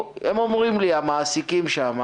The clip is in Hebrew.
אומרים לי המעסיקים שם,